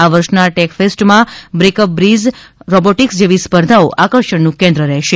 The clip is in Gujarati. આ વર્ષના ટેક ફેસ્ટમાં બ્રેક અપ બ્રિજ રોબોટિક્સ જેવી સ્પર્ધાઓ આર્કષણનું કેન્દ્ર રહેશે